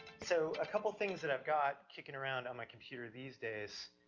so a couple things that i've got kicking around on my computer these days.